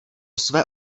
své